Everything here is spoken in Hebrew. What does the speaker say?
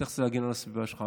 אתה צריך להגן על הסביבה שלך.